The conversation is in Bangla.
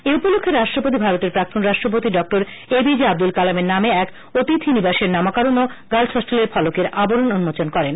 এই উপলক্ষ্যে রাষ্ট্রপতি ভারতের প্রাক্তন রাষ্ট্রপতি ড এ পি জে আব্দুল কালামের নামে এক অতিথি নিবাসের নামকরণ ও গার্লস হোস্টেলের ফলকের আবরণ উন্মোচন করেন